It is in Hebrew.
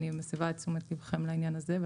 אני מסבה את תשומת לבכם לעניין הזה.